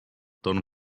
torn